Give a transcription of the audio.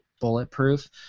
bulletproof